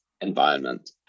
environment